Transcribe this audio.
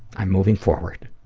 i'm moving forward.